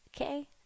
Okay